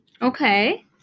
Okay